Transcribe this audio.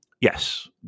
yes